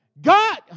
God